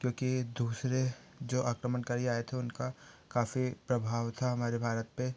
क्योंकि दूसरे जो आक्रमणकारी आये थे उनका काफ़ी प्रभाव था हमारे भारत पर